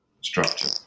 structure